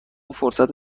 فرصت